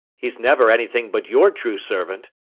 he's never anything but your true servant.